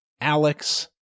Alex